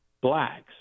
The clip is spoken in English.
blacks